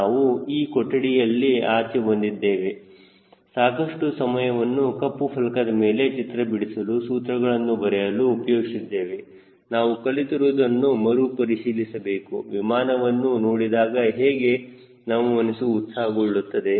ನಾವು ಈಗ ಕೊಠಡಿಯಿಂದ ಆಚೆ ಬಂದಿದ್ದೇವೆ ಸಾಕಷ್ಟು ಸಮಯವನ್ನು ಕಪ್ಪು ಫಲಕದ ಮೇಲೆ ಚಿತ್ರ ಬಿಡಿಸಲು ಸೂತ್ರಗಳನ್ನು ಬರೆಯಲು ಉಪಯೋಗಿಸಿದ್ದೇವೆನಾವು ಕಲಿತಿರುವುದನ್ನು ಮರು ಪರಿಶೀಲಿಸಬೇಕು ವಿಮಾನವನ್ನು ನೋಡಿದಾಗ ಹೇಗೆ ನಮ್ಮ ಮನಸ್ಸು ಉತ್ಸಾಹಗೊಳ್ಳುತ್ತದೆ